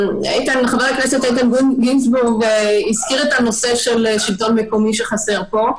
חבר הכנסת איתן גינזבורג הזכיר את הנושא של שלטון מקומי שחסר פה.